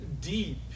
deep